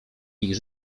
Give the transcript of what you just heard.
ich